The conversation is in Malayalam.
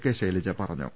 കെ ശൈലജ പറഞ്ഞു